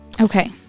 Okay